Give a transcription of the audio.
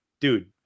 dude